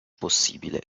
possibile